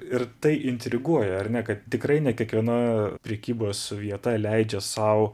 ir tai intriguoja ar ne kad tikrai ne kiekviena prekybos vieta leidžia sau